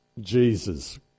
Jesus